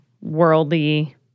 worldly